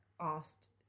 asked